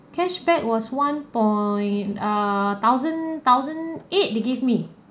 cashback was one point err thousand thousand eight they give me